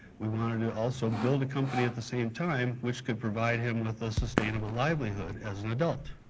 we wanted to also build a company at the same time, which could provide him with a sustainable livelihood as an adult.